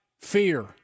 fear